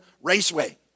Raceway